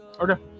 Okay